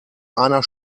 einer